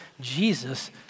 Jesus